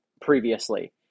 previously